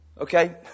Okay